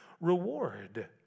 reward